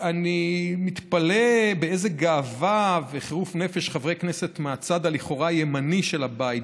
אני מתפלא באיזה גאווה וחירוף נפש חברי כנסת מהצד הלכאורה-ימני של הבית,